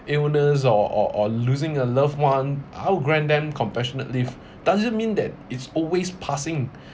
illness or or or losing a loved one I will grant them compassionate leave doesn't mean that it's always passing